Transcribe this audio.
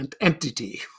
Entity